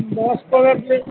most probably